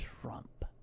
Trump